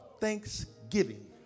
thanksgiving